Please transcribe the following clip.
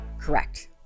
correct